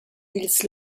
dils